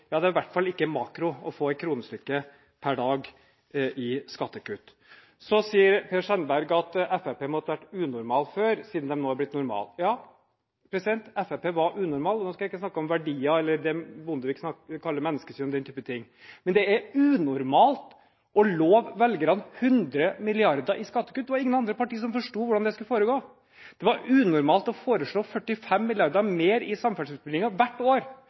Ja, Fremskrittspartiet var unormale – og nå skal jeg ikke snakke om verdier eller det Kjell Magne Bondevik kaller menneskesyn og den type ting – men det er unormalt å love velgerne 100 mrd. kr i skattekutt. Det var ingen andre partier som forsto hvordan det skulle foregå. Det var unormalt å foreslå 45 mrd. kr mer i samferdselsbevilgninger hvert år,